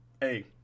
hey